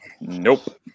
nope